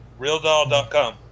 Realdoll.com